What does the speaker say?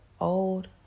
old